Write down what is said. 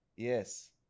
yes